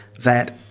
that